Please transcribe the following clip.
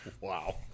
Wow